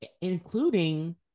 including